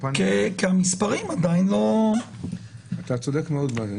אתה צודק מאוד בדבריך.